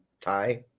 tie